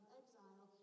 exile